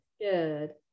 Good